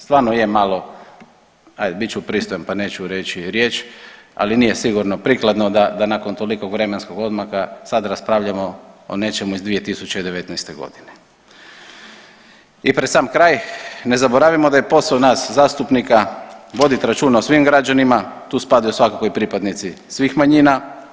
Stvarno je malo, ajd bit ću pristojan pa neću reći riječ, ali nije sigurno prikladno da nakon tolikog vremenskog odmaka sad raspravljamo o nečemu iz 2019.g. I pred sam kraj, ne zaboravimo da je poso nas zastupnika vodit računa o svim građanima, tu spadaju svakako i pripadnici svih manjina.